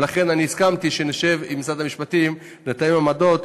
ולכן הסכמתי שנשב עם משרד המשפטים לתאם עמדות.